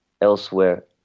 elsewhere